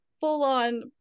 full-on